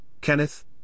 Kenneth